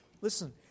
Listen